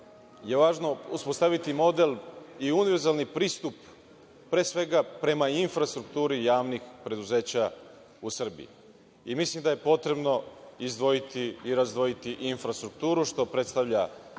je važno uspostaviti model i univerzalni pristup pre svega prema infrastrukturi javnih preduzeća u Srbiji. Mislim da je potrebno izdvojiti i razdvojiti infrastrukturu, što predstavlja